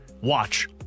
watch